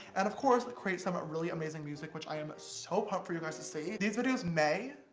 and of course create some really amazing music, which i am so pumped for you guys to see. these videos may,